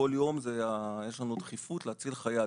כל יום יש לנו דחיפות להציל חיי אדם,